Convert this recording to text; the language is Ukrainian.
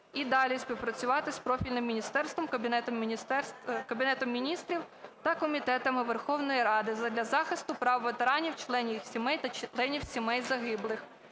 і далі співпрацювати з профільним міністерством, Кабінетом Міністрів та комітетами Верховної Ради задля захисту прав ветеранів, членів їх сімей та членів сімей загиблих.